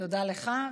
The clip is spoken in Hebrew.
תודה לך.